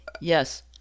yes